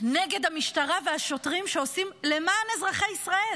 נגד המשטרה והשוטרים שעושים למען אזרחי ישראל.